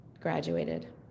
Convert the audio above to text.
graduated